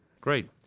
Great